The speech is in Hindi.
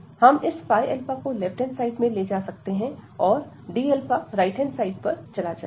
हम इस ϕα को लेफ्ट साइड में लेकर जा सकते हैं और d राइट हैंड साइड पर चला जाएगा